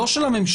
לא של הממשלה,